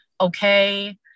okay